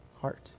heart